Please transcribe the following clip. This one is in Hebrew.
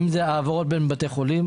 אם זה העברות בין בתי חולים,